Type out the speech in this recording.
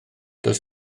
does